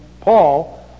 Paul